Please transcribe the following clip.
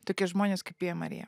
tokie žmonės kaip pija marija